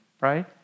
right